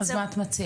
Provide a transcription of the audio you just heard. אז מה את מציעה?